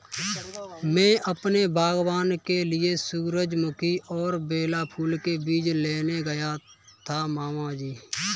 मैं अपने बागबान के लिए सूरजमुखी और बेला फूल के बीज लेने गया था मामा जी